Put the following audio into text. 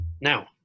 now